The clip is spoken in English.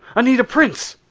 anita prince!